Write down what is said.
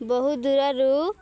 ବହୁ ଦୂରରୁ